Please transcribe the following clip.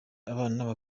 abana